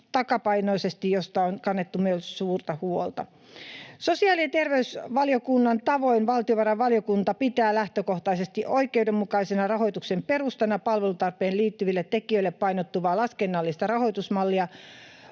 takapainoisesti, mistä on myös kannettu suurta huolta. Sosiaali‑ ja terveysvaliokunnan tavoin valtiovarainvaliokunta pitää lähtökohtaisesti oikeudenmukaisena rahoituksen perustana palvelutarpeeseen liittyville tekijöille painottuvaa laskennallista rahoitusmallia.